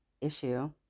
issue